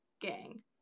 gang